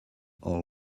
oil